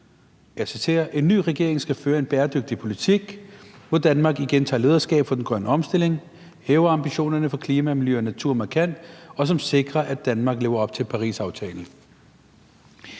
der stod: »En ny regering skal føre en bæredygtig politik, hvor Danmark igen tager lederskab for den grønne omstilling, hæver ambitionerne for klima, miljø og natur markant og som sikrer, at Danmark lever op til Paris-aftalen.«